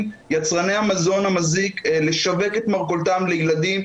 יצרני המזון המזיק לשווק את מרכולתם לילדים,